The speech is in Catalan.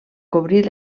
cobrir